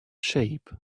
shape